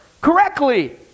correctly